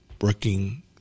working